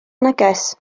neges